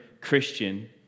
Christian